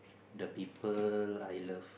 the people I love